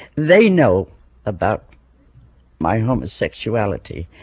they know about my homosexuality.